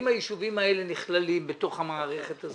אם הישובים האלה נכללים בתוך המערכת הזאת,